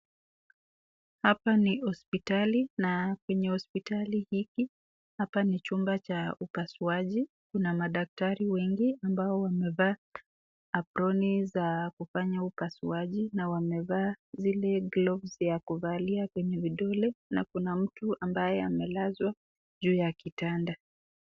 Hapa ni hospitali, na kwenye hospitali, hiki hapa ni chumba cha upaswaji, kuna madaktari wengi ambao wamevaa aproni za kufanya upaswaji na wamevaa zile gloves ya kuvalia kwenye vidole, na kuna mtu amabye amelazwa juu ya kitanda.